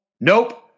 Nope